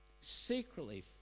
secretly